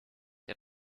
der